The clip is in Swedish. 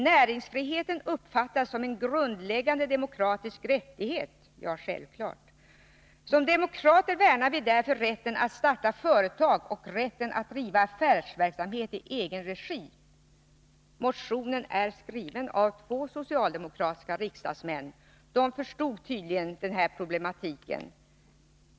Näringsfriheten uppfattas som en grundläggande demokratisk rättighet.” Ja, det är självklart. ”Som demokrater värnar vi därför rätten att starta företag och rätten att driva affärsverksamhet i egen regi.” Motionen är skriven av två socialdemokratiska riksdagsmän. De förstod tydligen den här problematiken.